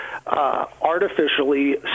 Artificially